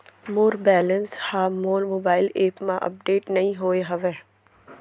मोर balance हा मोर mobile app मा अपडेट नहीं होय हवे